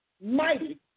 mighty